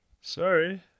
Sorry